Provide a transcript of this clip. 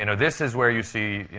you know this is where you see, you